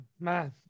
man